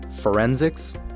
forensics